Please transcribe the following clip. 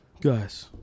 guys